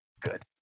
Good